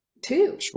Two